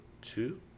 two